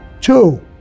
two